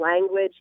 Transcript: language